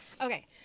Okay